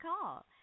call